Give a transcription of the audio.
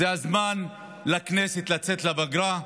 זה הזמן של הכנסת לצאת לפגרה?